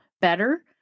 better